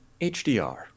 HDR